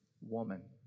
woman